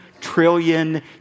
trillion